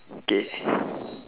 K